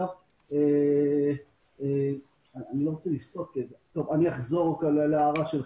אני אחזור להערה שלך: